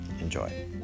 Enjoy